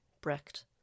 Brecht